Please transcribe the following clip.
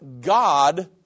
God